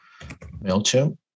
Mailchimp